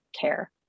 care